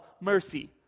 mercy